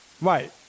Right